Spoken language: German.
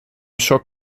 schock